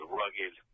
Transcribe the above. rugged